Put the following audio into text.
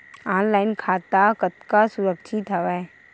Online खाता कतका सुरक्षित हवय?